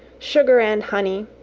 sugar and honey,